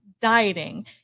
dieting